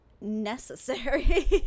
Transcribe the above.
necessary